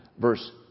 Verse